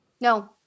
No